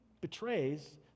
betrays